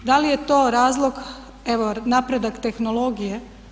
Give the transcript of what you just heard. Da li je to razlog, evo napredak tehnologije.